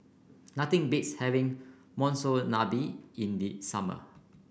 nothing beats having Monsunabe in the summer